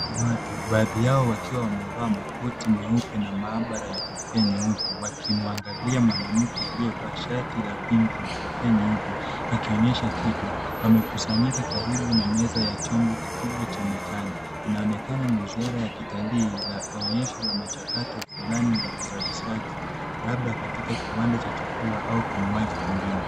Kundi la watu baadhi yao wakiwa wamevaa makoti meupe na maabara ya kofia nyeupe wakimwangalia mwanamke aliyevaa shati la pinki na kofia nyeupe akionyesha kitu, wamekusanyika karibu na meza ya chombo kikubwa cha metali inaonekana ni ishara ya kitalii la onyesho la machakato fulani ya uzalishaji labda katika kiwanda cha chakula au kinywaji kingine.